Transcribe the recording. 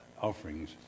offerings